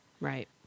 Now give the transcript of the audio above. Right